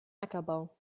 ackerbau